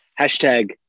Hashtag